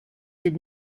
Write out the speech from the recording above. did